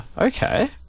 okay